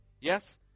Yes